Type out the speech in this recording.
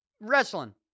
wrestling